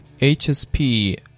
HSP